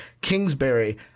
Kingsbury